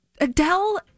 Adele